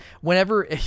whenever